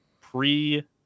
pre